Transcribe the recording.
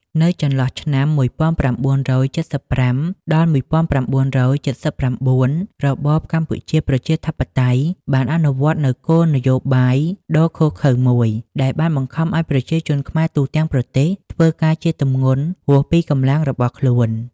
នៅចន្លោះឆ្នាំ ១៩៧៥ ដល់ ១៩៧៩ របបកម្ពុជាប្រជាធិបតេយ្យ បានអនុវត្តនូវគោលនយោបាយដ៏ឃោរឃៅមួយ ដែលបានបង្ខំឱ្យប្រជាជនខ្មែរទូទាំងប្រទេស ធ្វើការជាទម្ងន់ហួសពីកម្លាំងរបស់ខ្លួន។